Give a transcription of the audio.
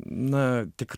na tik